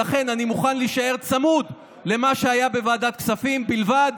ולכן אני מוכן להישאר צמוד למה שהיה בוועדת כספים בלבד,